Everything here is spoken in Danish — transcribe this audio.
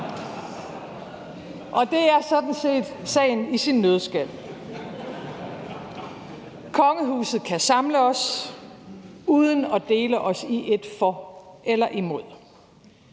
Og det er sådan set sagen i sin nøddeskal. Kongehuset kan samle os uden at dele os i et for eller imod.